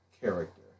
character